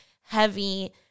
heavy